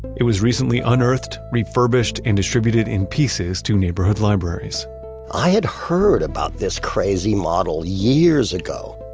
it was recently unearthed, refurbished, and distributed in pieces to neighborhood libraries i had heard about this crazy model years ago,